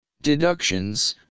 deductions